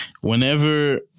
whenever